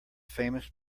famous